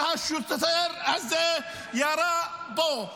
כשהשוטר הזה ירה בו,